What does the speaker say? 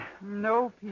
No